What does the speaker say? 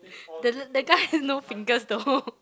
there's that guy has no fingers though